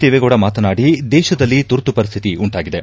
ದೇವೇಗೌಡ ಮಾತನಾದಿ ದೇಶದಲ್ಲಿ ತುರ್ತುಪರಿಸ್ವಿತಿ ಉಂಟಾಗಿದೆ